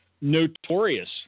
notorious